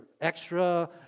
extra